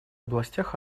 областях